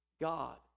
God